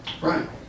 Right